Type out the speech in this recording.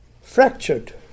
fractured